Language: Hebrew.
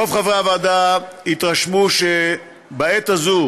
רוב חברי הוועדה התרשמו שבעת הזו